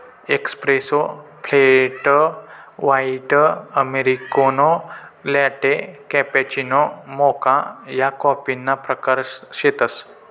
espresso, flat white, americano, latte, cappuccino, mocha या कॉफीना प्रकार शेतसं